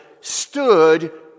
stood